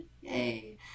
yay